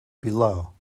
below